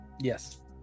Yes